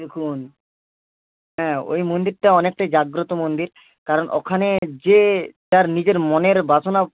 দেখুন হ্যাঁ ওই মন্দিরটা অনেকটাই জাগ্রত মন্দির কারণ ওখানে যে যার নিজের মনের বাসনা